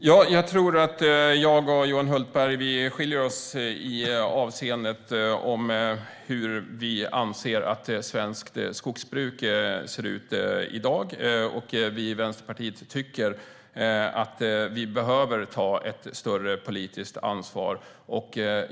Herr talman! Jag tror att jag och Johan Hultberg skiljer oss åt avseende hur vi anser att svenskt skogsbruk ser ut i dag. Vi i Vänsterpartiet tycker att vi behöver ta ett större politiskt ansvar.